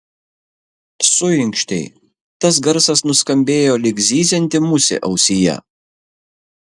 suinkštei tas garsas nuskambėjo lyg zyzianti musė ausyje